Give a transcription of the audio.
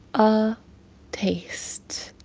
a taste